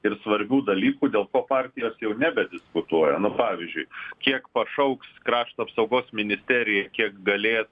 ir svarbių dalykų dėl ko partijos jau nebediskutuoja nu pavyzdžiui kiek pašauks krašto apsaugos ministerija kiek galės